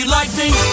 Lightning